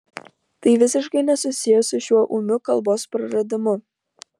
tai visiškai nesusiję su šiuo ūmiu kalbos praradimu